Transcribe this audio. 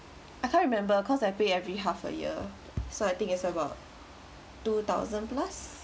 I can't remember cause I pay every half a year so I think it's about two thousand plus